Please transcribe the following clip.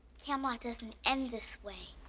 camelot doesn't end this way.